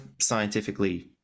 scientifically